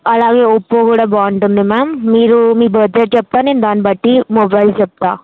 అలాగే ఒప్పో కూడా బాగుంటుంది మ్యామ్ మీరు మీ బడ్జేట్ చెప్పండి నేను దాన్ని బట్టి మొబైల్ చెప్తాను